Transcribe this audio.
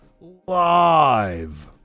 Live